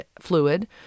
fluid